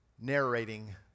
narrating